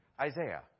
Isaiah